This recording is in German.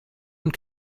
und